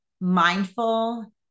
mindful